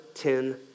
ten